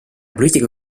poliitika